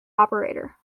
operator